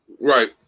Right